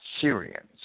Syrians